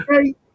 Okay